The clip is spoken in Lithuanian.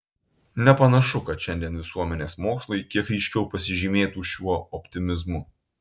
nepanašu kad šiandien visuomenės mokslai kiek ryškiau pasižymėtų šiuo optimizmu